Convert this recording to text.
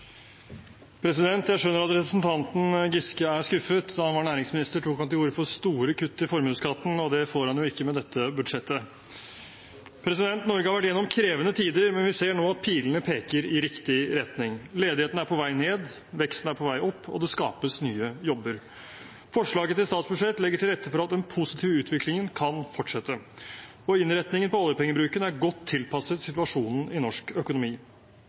Jeg skjønner at representanten Giske er skuffet. Da han var næringsminister, tok han til orde for store kutt i formuesskatten, og det får han jo ikke med dette budsjettet. Norge har vært igjennom krevende tider, men vi ser nå at pilene peker i riktig retning. Ledigheten er på vei ned, veksten er på vei opp, og det skapes nye jobber. Forslaget til statsbudsjett legger til rette for at den positive utviklingen kan fortsette, og innretningen på oljepengebruken er godt tilpasset situasjonen i norsk økonomi.